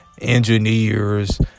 engineers